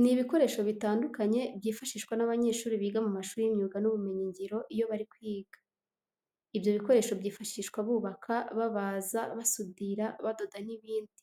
Ni ibikoresho bitandukanye byifashishwa n'abanyeshuri biga mu mashuri y'imyuga n'ubumenyingiro iyo bari kwiga. Ibyo bikoresho byifashishwa bubaka, babaza, basudira, badoda n'ibindi.